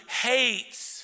hates